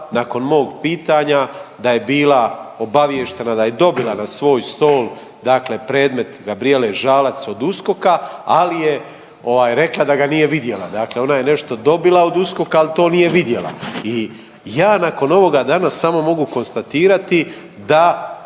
nakon mog pitanja da je bila obaviještena da je dobila na svoj stol predmet Gabrijele Žalac od USKOK-a, ali je rekla da ga nije vidjela. Dakle, ona je nešto dobila od USKOK-a, ali to nije vidjela. I ja nakon ovoga danas samo mogu konstatirati da